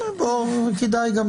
כרגע לא